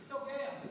מי סוגר?